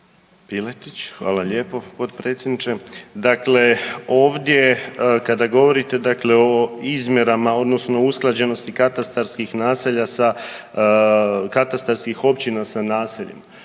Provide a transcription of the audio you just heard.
(HDZ)** Hvala lijepo potpredsjedniče. Dakle, ovdje kada govorite dakle o izmjerama odnosno usklađenosti katastarskih naselja sa katastarskih općina sa naseljem,